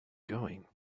going